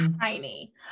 tiny